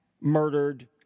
murdered